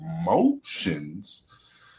emotions